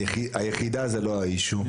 היחידה זה לא האישיו,